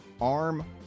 arm